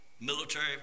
military